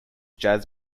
jazz